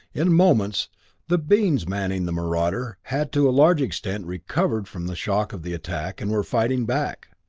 in moments the beings manning the marauder had to a large extent recovered from the shock of the attack and were fighting back.